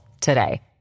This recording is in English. today